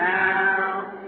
now